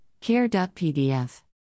care.pdf